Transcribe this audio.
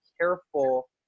careful